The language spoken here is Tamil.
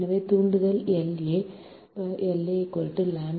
எனவே தூண்டல் La ʎa I a